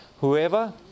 whoever